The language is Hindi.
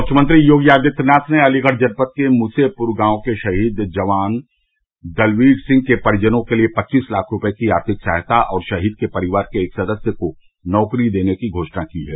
मुख्यमंत्री योगी आदित्यनाथ ने अलीगढ़ जनपद के मुसेपुर गांव के शहीद जवान दलवीर सिंह के परिजनों के लिए पच्चीस लाख रूपये की आर्थिक सहायता और शहीद के परिवार के एक सदस्य को नौकरी देने की घोषणा की है